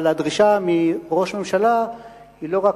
אבל הדרישה מראש הממשלה היא לא רק